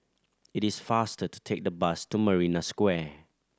it is faster to take the bus to Marina Square